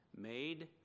made